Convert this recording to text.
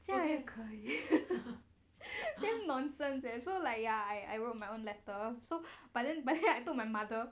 这样也可以 damn nonsense eh so like ya I I wrote my own letter so but then but then I told my mother